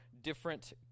different